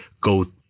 go